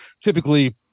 typically